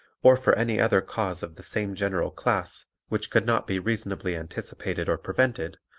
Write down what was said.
or for any other cause of the same general class which could not be reasonably anticipated or prevented,